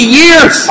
years